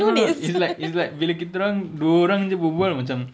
no no no it's like it's like bila kita orang dua orang jer berbual macam